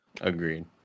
Agreed